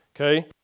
okay